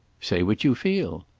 say what you feel.